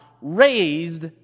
raised